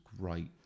great